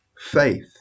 faith